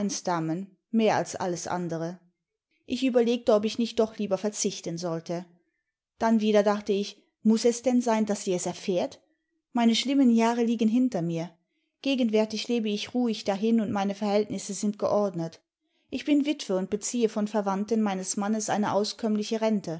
mehr als alles andere ich überlegte ob ich nicht doch lieber verzichten sollte dann wieder dachte ich muß es denn sein daß sie es erfährt meine schlinmfien jahre uen hinter min gegenwärtig lebe ich ruhig dahin und meine verhältnisse sind geordnet ich bin witwe und beziehe von verwandten meines mannes eine auskömmliche rente